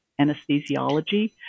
anesthesiology